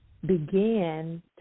begin